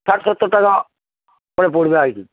ষাট সত্তর টাকা করে পড়বে আর কি